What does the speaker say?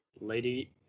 Lady